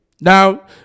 Now